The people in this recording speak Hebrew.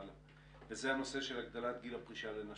וזה הנושא של הגדלת גיל הפרישה לנשים.